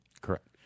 Correct